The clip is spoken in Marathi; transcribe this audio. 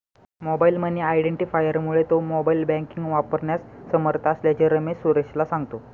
मोबाईल मनी आयडेंटिफायरमुळे तो मोबाईल बँकिंग वापरण्यास समर्थ असल्याचे रमेश सुरेशला सांगतो